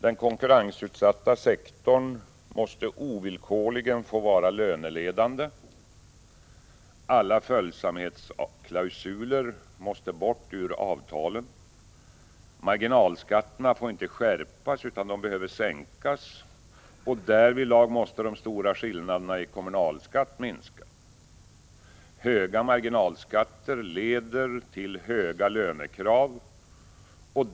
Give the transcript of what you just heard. Den konkurrensutsatta sektorn måste ovillkorligen få vara löneledande. Alla följsamhetsklausuler måste bort ur avtalen. Marginalskatterna får inte skärpas utan behöver sänkas. Därvidlag måste de stora skillnaderna i kommunalskatt minskas. Höga marginalskatter leder till höga lönekrav.